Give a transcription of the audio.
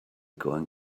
going